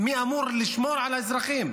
מי אמור לשמור על האזרחים?